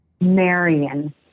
Marion